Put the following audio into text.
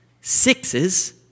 sixes